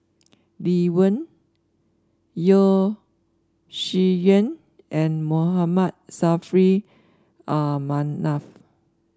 Lee Wen Yeo Shih Yun and Mohammed Saffri Ah Manaf